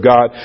God